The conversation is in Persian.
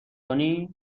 کنی